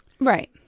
Right